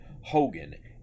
Hogan